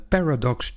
Paradox